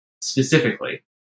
specifically